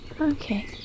okay